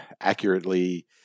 accurately